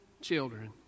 children